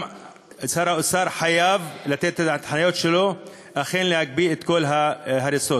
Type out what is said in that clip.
שר האוצר חייב לתת את ההנחיות שלו אכן להקפיא את כל ההריסות.